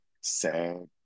sad